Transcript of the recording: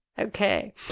Okay